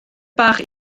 bach